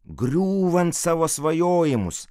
griūvant savo svajojimus